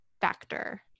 factor